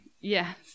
yes